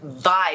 vibe